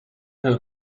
her